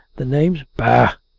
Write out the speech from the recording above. the names bah!